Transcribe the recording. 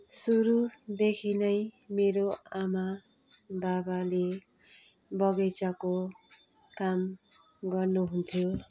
सुरूदेखि नै मेरो आमा बाबाले बगैँचाको काम गर्नु हुन्थ्यो